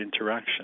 interaction